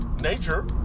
nature